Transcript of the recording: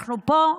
אנחנו פה.